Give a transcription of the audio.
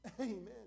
Amen